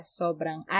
sobrang